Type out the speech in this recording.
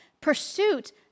pursuit